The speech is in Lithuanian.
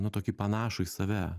nu tokį panašų į save